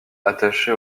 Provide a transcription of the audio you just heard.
attaché